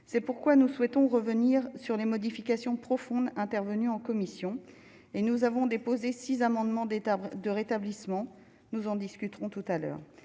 c'est pourquoi nous souhaitons revenir sur les modifications profondes intervenues en commission et nous avons déposé 6 amendements des timbres de rétablissement, nous en discuterons tout à l'heure,